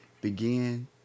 begin